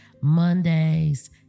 Mondays